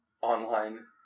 online